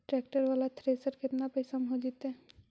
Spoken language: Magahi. ट्रैक्टर बाला थरेसर केतना पैसा में हो जैतै?